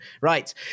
right